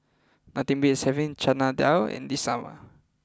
nothing beats having Chana Dal in the summer